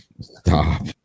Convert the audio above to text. Stop